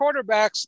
quarterbacks